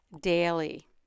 daily